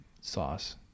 sauce